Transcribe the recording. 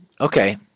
Okay